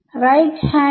ഇത് i ഇത് i1 ഇത് i 1